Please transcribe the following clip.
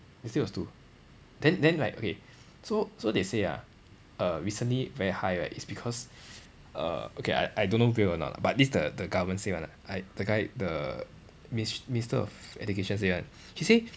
yesterday was two then then like okay so so they say ah err recently very high right is because err okay I I don't know real or not but this the the government say [one] ah I the guy the minis~ minister of education say [one] he say